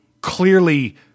clearly